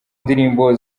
ndirimbo